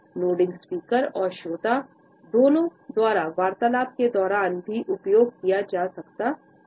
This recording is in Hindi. नोडिंग स्पीकर और श्रोता दोनों द्वारा वार्तालाप के दौरान भी उपयोग किया जा सकता है